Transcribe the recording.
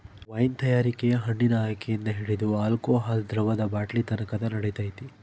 wine ತಯಾರಿಕೆ ಹಣ್ಣಿನ ಆಯ್ಕೆಯಿಂದ ಹಿಡಿದು ಆಲ್ಕೋಹಾಲ್ ದ್ರವದ ಬಾಟ್ಲಿನತಕನ ನಡಿತೈತೆ